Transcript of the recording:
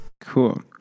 Cool